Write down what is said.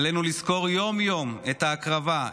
עלינו לזכור יום-יום את ההקרבה,